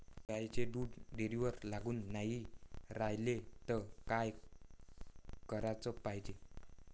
गाईचं दूध डेअरीवर लागून नाई रायलं त का कराच पायजे?